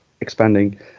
expanding